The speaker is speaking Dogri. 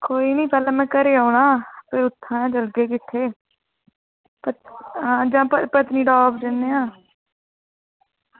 कोई निं पैह्ले में घरै गी औना फ्ही उत्थुआं चलगै किट्ठे जां पत्नीटाप जन्ने आं